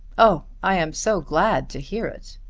oh i am so glad to hear it.